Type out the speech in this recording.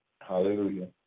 Hallelujah